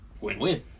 Win-win